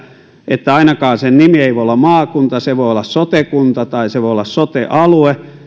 että ainakaan se nimi ei voi olla maakunta se voi olla sote kunta tai se voi olla sote alue ja